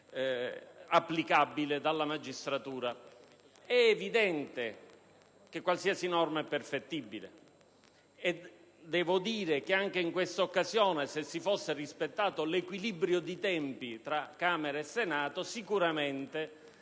applicabile dalla magistratura. È evidente che qualsiasi norma è perfettibile. Anche in questa occasione, se si fosse rispettato l'equilibrio dei tempi tra Camera dei deputati e Senato, sicuramente